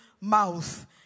mouth